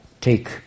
take